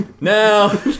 now